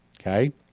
okay